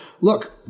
look